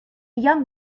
young